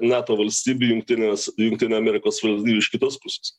nato valstybių jungtinės jungtinių amerikos valstijų iš kitos pusės